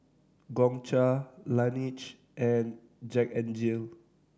Gongcha Laneige and Jack N Jill